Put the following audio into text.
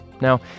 Now